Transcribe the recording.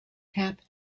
tap